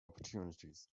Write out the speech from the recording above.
opportunities